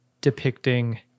depicting